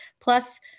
Plus